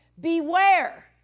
Beware